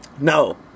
No